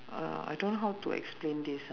uh I don't know how to explain this ah